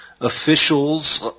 officials